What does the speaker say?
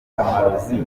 amarozi